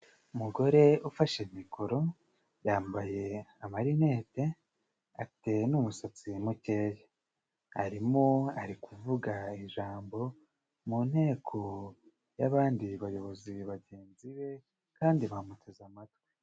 Umugore ufashe mikoro yambaye amarinete, ateye n'umusatsi mukeya, arimo ari kuvuga ijambo mu nteko y'abandi bayobozi bagenzi be, kandi bamuteze amatwi.